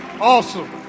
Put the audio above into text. Awesome